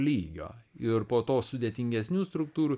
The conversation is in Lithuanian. lygio ir po to sudėtingesnių struktūrų